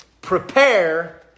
prepare